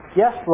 Yes